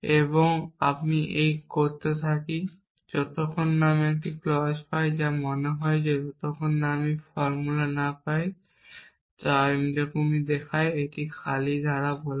এবং আমি এটি করতে থাকি যতক্ষণ না আমি একটি ক্লজ পাই যা মনে হয় যতক্ষণ না আমি ফর্মুলা না পাই যা এইরকম দেখায় এটিকে খালি ধারা বলা হয়